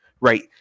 Right